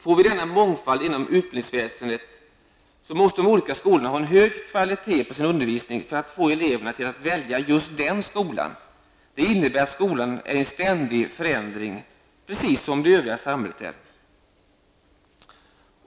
Får vi denna mångfald inom utbildningsväsendet måste de olika skolorna ha en hög kvalitet på sin undervisning för att få eleverna till att välja just den skolan. Det innebär att skolan är i en ständig förändring, precis som det övriga samhället.